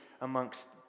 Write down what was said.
amongst